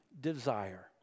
desire